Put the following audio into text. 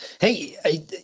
Hey